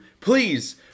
please